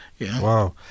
Wow